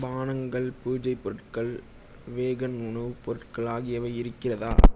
பானங்கள் பூஜை பொருட்கள் வேகன் உணவுப் பொருட்கள் ஆகியவை இருக்கிறதா